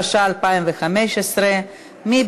התשע"ה 2015. מי